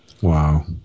Wow